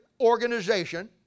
organization